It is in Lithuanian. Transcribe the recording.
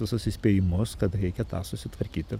visus įspėjimus kad reikia tą susitvarkyti